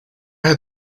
had